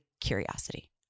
curiosity